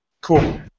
Cool